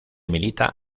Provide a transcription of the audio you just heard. milita